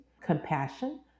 compassion